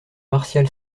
martial